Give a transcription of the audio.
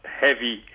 heavy